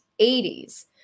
80s